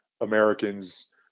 Americans